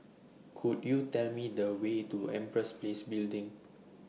Could YOU Tell Me The Way to Empress Place Building